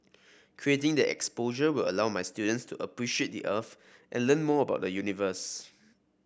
creating the exposure will allow my students to appreciate the Earth and learn more about the universe